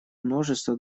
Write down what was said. множество